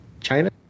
China